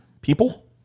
people